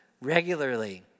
regularly